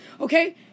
Okay